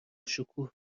شکوه